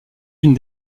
une